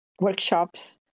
workshops